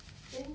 then